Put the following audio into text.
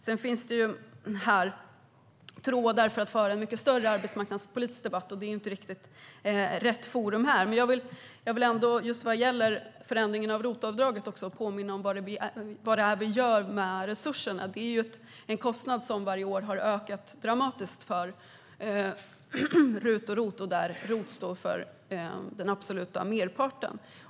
Här finns trådar för en mycket större arbetsmarknadspolitisk debatt, och det är inte rätt forum här. Men när det gäller förändringen av ROT och RUT-avdragen vill jag påminna om vad vi gör med resurserna. Det handlar ju om en kostnad som varje år har ökat dramatiskt, och ROT står för den absoluta merparten.